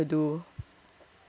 yeah that's what we want to do